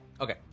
Okay